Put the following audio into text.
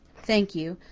thank you.